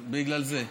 תודה.